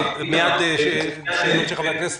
מייד שאלות של חברי הכנסת.